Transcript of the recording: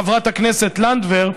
חברת הכנסת לנדבר,